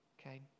Okay